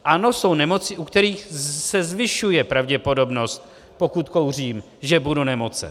Ano, jsou nemoci, u kterých se zvyšuje pravděpodobnost, pokud kouřím, že budu nemocen.